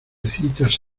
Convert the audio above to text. citas